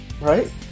right